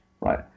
right